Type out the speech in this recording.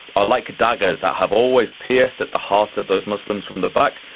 are like daggers that have always pierced at the heart of those muslims from the back,